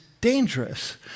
dangerous